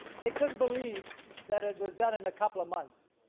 they couldn't believe that it was done in a couple of months.